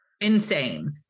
Insane